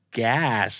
gas